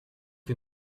que